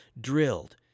drilled